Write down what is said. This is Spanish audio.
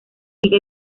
sigue